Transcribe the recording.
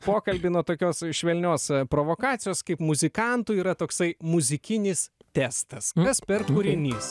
pokalbį nuo tokios švelnios provokacijos kaip muzikantui yra toksai muzikinis testas kas per kūrinys